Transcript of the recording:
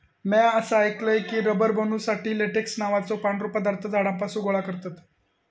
म्या असा ऐकलय की, रबर बनवुसाठी लेटेक्स नावाचो पांढरो पदार्थ झाडांपासून गोळा करतत